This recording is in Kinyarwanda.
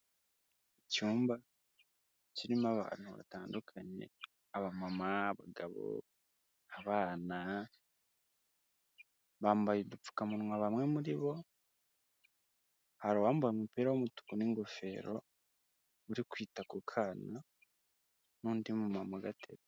Icyumba kirimo abantu batandukanye, abamama, abagabo, abana, bambaye udupfukamunwa bamwe muri bo, hari uwambaye umupira w'umutuku n'ingofero uri kwita ku kana n'undi mumama ugateruye.